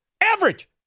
Average